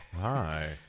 hi